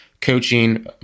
coaching